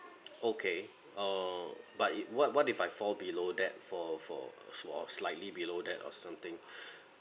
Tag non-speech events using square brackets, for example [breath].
okay err but it what what if I fall below that for for for slightly below that or something [breath]